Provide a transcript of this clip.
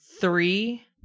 three